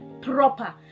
proper